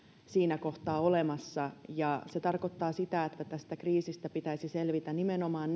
siinä kohtaa olemassa ja se tarkoittaa sitä että tästä kriisistä pitäisi selvitä nimenomaan